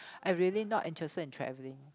I really not interested in travelling